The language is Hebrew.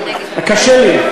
קשה לי,